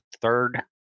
third